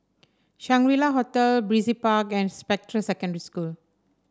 Shangri La Hotel Brizay Park and Spectra Secondary School